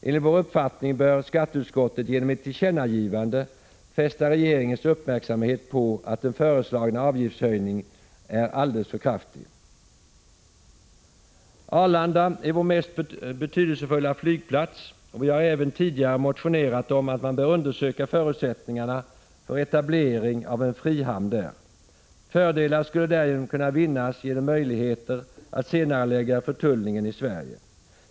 Enligt vår uppfattning bör skatteutskottet genom ett tillkännagivande fästa regeringens uppmärksamhet på att den föreslagna avgiftshöjningen är alldeles för kraftig. Arlanda är vår mest betydelsefulla flygplats. Vi har även tidigare motionerat om att man bör undersöka förutsättningarna för etablering av en frihamn där. Fördelar skulle därigenom kunna vinnas genom möjligheter att senarelägga förtullningen i Sverige.